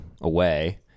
away